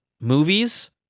movies